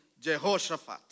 Jehoshaphat